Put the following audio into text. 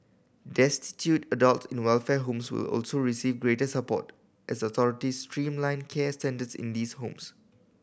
destitute adult in the welfare homes will also receive greater support as the authorities streamline care standards in these homes